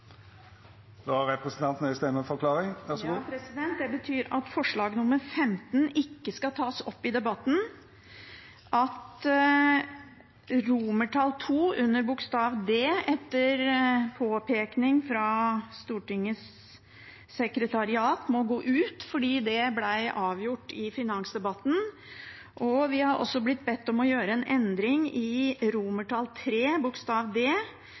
Så en stemmeforklaring: Forslag nr. 15 skal likevel ikke tas opp til votering. Når det gjelder D II, må den, etter påpekning fra Stortingets sekretariat, gå ut fordi det ble avgjort i finansdebatten. Vi har også blitt bedt om å gjøre en endring i